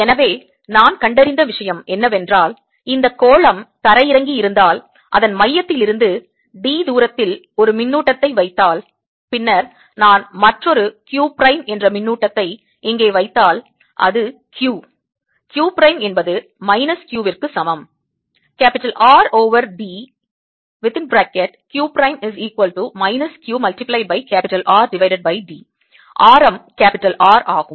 எனவே நான் கண்டறிந்த விஷயம் என்னவென்றால் இந்த கோளம் தரையிறங்கியிருந்தால் அதன் மையத்திலிருந்து d தூரத்தில் ஒரு மின்னூட்டத்தை வைத்தால் பின்னர் நான் மற்றொரு q பிரைம் என்ற மின்னூட்டத்தை இங்கே வைத்தால் இது q q பிரைம் என்பது மைனஸ் q ற்கு சமம் R over d q −q R d ஆரம் R ஆகும்